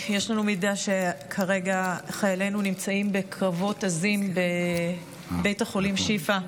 יש לנו מידע שלפיו חיילינו נמצאים כרגע בקרבות עזים בבית החולים שיפא.